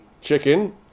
chicken